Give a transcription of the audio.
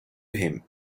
him